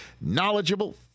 knowledgeable